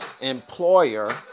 employer